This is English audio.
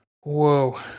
Whoa